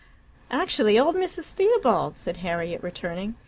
actually old mrs. theobald! said harriet, returning.